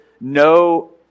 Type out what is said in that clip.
no